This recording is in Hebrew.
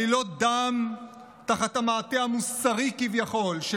עלילות דם תחת המעטה המוסרי כביכול של